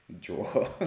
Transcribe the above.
draw